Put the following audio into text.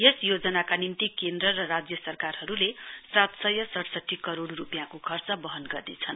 यस योजनाका निम्ति केन्द्र र राज्य सरकारहरुले सात सय सड़सठी रुपियाँको खर्च वहन गर्नेछन्